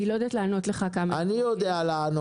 אני לא יודעת לענות לך כמה --- אני יודע לענות.